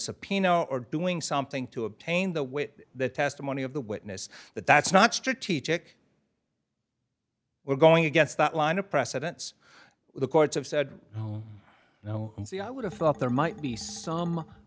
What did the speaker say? subpoena or doing something to obtain the wit the testimony of the witness that that's not strategic we're going against that line of precedents the courts have said no i would have thought there might be some